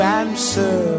answer